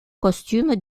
costumes